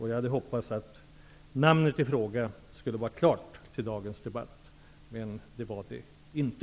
Jag hade hoppats att utnämningen i frågan skulle vara klar till dagens debatt, men den var det inte.